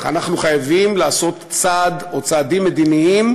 אנחנו חייבים לעשות צעד או צעדים מדיניים